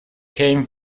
came